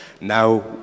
Now